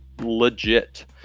legit